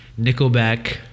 Nickelback